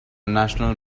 national